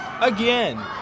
again